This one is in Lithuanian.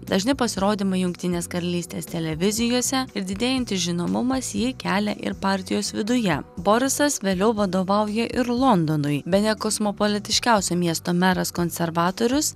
dažni pasirodymai jungtinės karalystės televizijose ir didėjantis žinomumas jį kelia ir partijos viduje borisas vėliau vadovauja ir londonui bene kosmopolitiškiausio miesto meras konservatorius